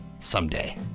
someday